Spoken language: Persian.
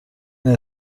این